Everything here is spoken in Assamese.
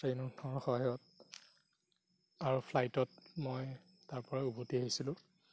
ট্ৰেইনৰ সহায়ত আৰু ফ্লাইটত মই তাৰ পৰা উভতি আহিছিলোঁ